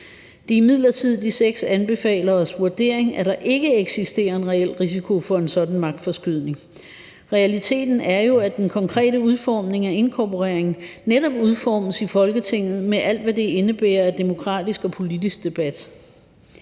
er imidlertid de seks anbefaleres vurdering, at der ikke eksisterer en reel risiko for en sådan magtforskydning. Realiteten er jo, at den konkrete udformning af inkorporeringen netop udformes i Folketinget, med alt hvad det indebærer af demokratisk og politisk debat.